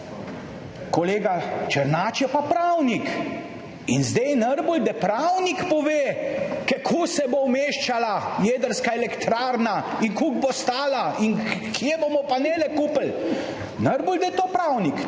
Kolega Černač je pa pravnik in zdaj je najbolje, da pravnik pove, kako se bo umeščala jedrska elektrarna in koliko bo stala in kje bomo kupili panele, najbolje, da je to pravnik,